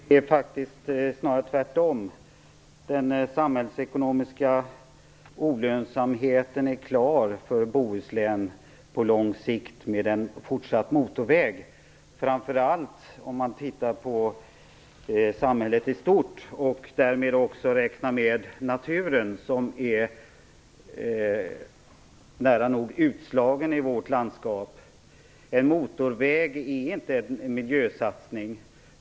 Fru talman! Det är faktiskt snarare tvärtom, Lennart Nilsson. Den samhällsekonomiska olönsamheten är klar för Bohuslän på lång sikt med en fortsatt motorväg. Det gäller framför allt om man tittar på samhället i stort och därmed också räknar med naturen, som är nära nog utslagen i vårt landskap. En motorväg är inte en miljösatsning.